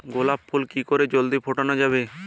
গোলাপ ফুল কি করে জলদি ফোটানো যাবে?